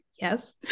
yes